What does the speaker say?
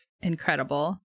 incredible